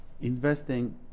investing